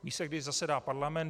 Ví se, kdy zasedá parlament.